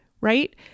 right